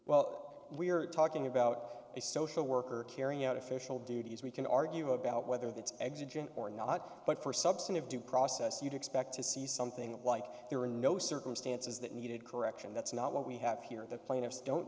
well we're talking about a social worker carrying out official duties we can argue about whether that's exit or not but for substantive due process you'd expect to see something like there were no circumstances that needed correction that's not what we have here in the plaintiff's don't